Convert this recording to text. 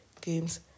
games